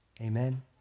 Amen